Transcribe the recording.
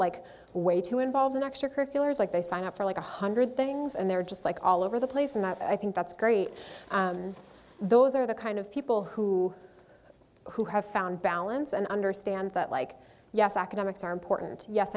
like way too involved in extracurriculars like they sign up for like one hundred things and they're just like all over the place in that i think that's great those are the kind of people who who have found balance and understand that like yes academics are important yes